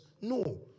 No